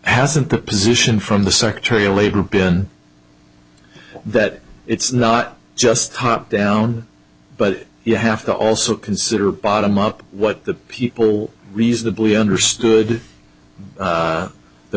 hasn't that position from the secretary of labor been that it's not just top down but you have to also consider bottom up what the people reasonably understood